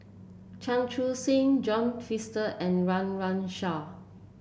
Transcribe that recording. Chan Chun Sing John Fraser and Run Run Shaw